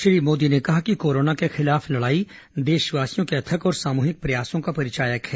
श्री मोदी ने कहा कि कोरोना के खिलाफ लड़ाई देशवासियों के अथक और सामूहिक प्रयासों की परिचायक है